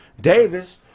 Davis